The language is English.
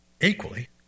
equally